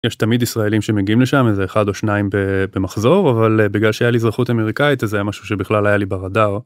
יש תמיד ישראלים שמגיעים לשם, איזה אחד או שניים במחזור, אבל בגלל שהיה לי אזרחות אמריקאית זה משהו שבכלל היה לי ברדאר.